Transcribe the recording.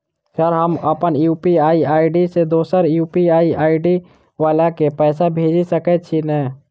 Sir हम अप्पन UPI ID सँ दोसर यु.पी.आई आई.डी वला केँ पैसा भेजि सकै छी नै?